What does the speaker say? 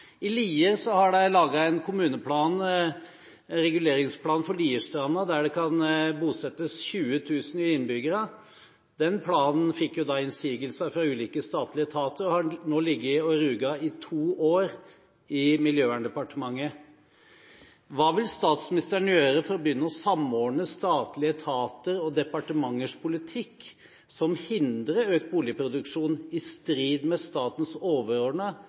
I Lier har de lagd en kommunal reguleringsplan for Lierstranda, der det kan bosettes 20 000 nye innbyggere. Den planen fikk innsigelser fra ulike statlige etater og har nå ligget og ruget i to år i Miljøverndepartementet. Hva vil statsministeren gjøre for å begynne å samordne statlige etater og departementers politikk, som hindrer økt boligproduksjon – i strid med statens